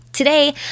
Today